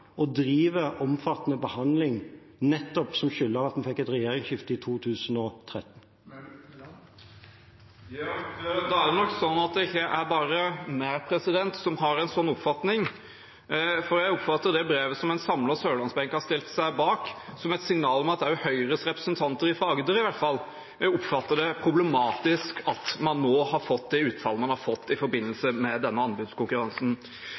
og driver omfattende behandling, nettopp som følge av at en fikk et regjeringsskifte i 2013. Det er nok ikke bare jeg som har en slik oppfatning. Jeg oppfatter brevet som en samlet sørlandsbenk har stilt seg bak, som et signal om at også Høyres representanter fra i hvert fall Agder oppfatter det problematisk at man har fått det utfallet man har fått i forbindelse med denne anbudskonkurransen.